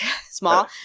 small